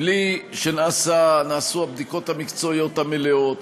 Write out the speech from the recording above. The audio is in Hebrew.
בלי שנעשו הבדיקות המקצועיות המלאות,